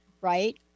right